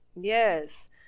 Yes